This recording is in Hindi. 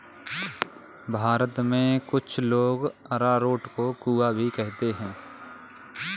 भारत में कुछ लोग अरारोट को कूया भी कहते हैं